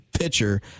pitcher